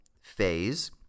phase